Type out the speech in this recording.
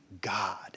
God